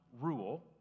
rule